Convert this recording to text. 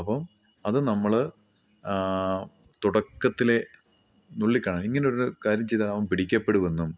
അപ്പം അത് നമ്മൾ തുടക്കത്തിലെ നുള്ളിക്കളയണം ഇങ്ങനെ ഒരു കാര്യം ചെയ്താൽ അവൻ പിടിക്കപ്പെടുമെന്നും